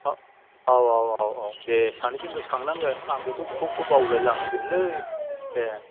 ओह औ औ औ औ दे सानैजों गोसोखांनांगोन आंबोथ' बबेखौबा बबेखौबा बावलाय लांनो नागिरोलै दे